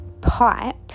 pipe